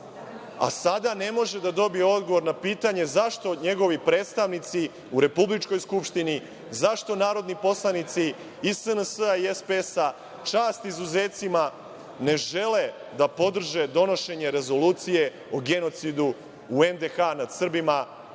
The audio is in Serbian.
a sada ne može da dobije odgovor na pitanje zašto njegovi predstavnici u Republičkoj skupštini, zašto narodni poslanici iz SNS-a i SPS-a, čast izuzecima, ne žele da podrže donošenje rezolucije o genocidu u NDH nad Srbima,